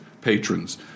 patrons